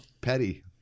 petty